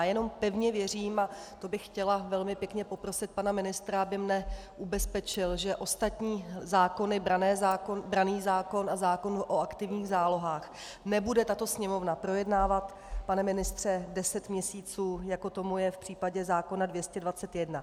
Jenom pevně věřím, a to bych chtěla velmi pěkně poprosit pana ministra, aby mne ubezpečil, že ostatní zákony branný zákon a zákon o aktivních zálohách nebude tato Sněmovna projednávat, pane ministře, deset měsíců, jako tomu je v případě zákona 221.